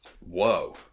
Whoa